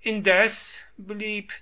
indes blieb